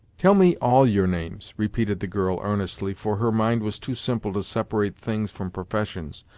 tell me all your names, repeated the girl, earnestly, for her mind was too simple to separate things from professions,